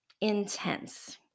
Intense